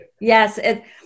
Yes